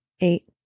eight